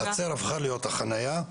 החצר הפכה להיות החניה,